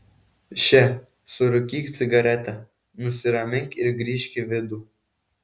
še surūkyk cigaretę nusiramink ir grįžk į vidų